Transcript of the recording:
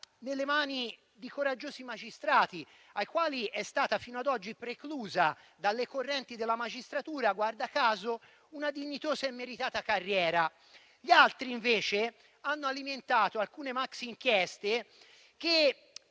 nelle mani di coraggiosi magistrati ai quali è stata fino ad oggi preclusa dalle correnti della magistratura, guarda caso, una dignitosa e meritata carriera. Gli altri invece hanno alimentato alcune maxi-inchieste, con